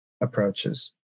approaches